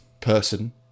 person